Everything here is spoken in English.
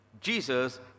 Jesus